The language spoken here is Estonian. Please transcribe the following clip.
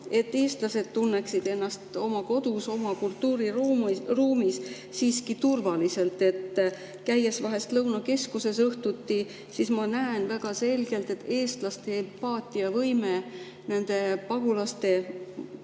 et eestlased tunneksid ennast oma kodus, oma kultuuriruumis siiski turvaliselt? Käies vahel õhtuti Lõunakeskuses ma näen väga selgelt, et eestlaste empaatiavõime nende pagulaste ...